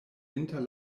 inter